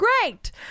great